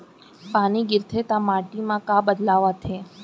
पानी गिरथे ता माटी मा का बदलाव आथे?